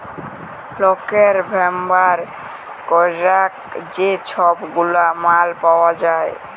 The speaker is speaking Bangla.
লকের ব্যাভার ক্যরার যে ছব গুলা মাল পাউয়া যায়